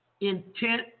intent